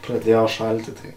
pradėjo šalti tai